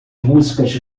músicas